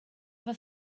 efo